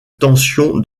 tension